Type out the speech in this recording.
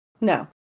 no